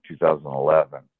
2011